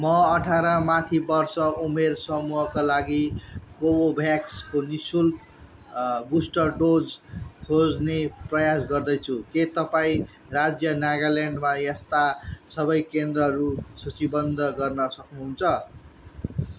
म अठार माथि वर्ष उमेर समूहका लागि कोभ्याक्सको नि शुल्क बुस्टर डोज खोज्ने प्रयास गर्दैछु के तपाईँँ राज्य नागाल्यान्डमा त्यस्ता सबै केन्द्रहरू सूचीबद्ध गर्न सक्नुहुन्छ